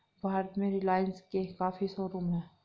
भारत में रिलाइन्स के काफी शोरूम हैं